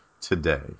today